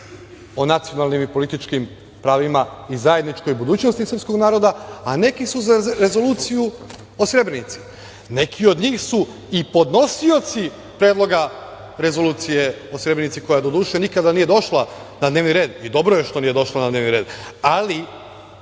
o nacionalim i politčkim pravima i zajedničkoj budućnosti srpskog naroda, a neki su za rezoluciju o Srebrenici. Neki od njih su i podnosioci predloga rezolucije o Srebrenici koja doduše nikada nije došla na dnevni red i dobro je, ali postoje politički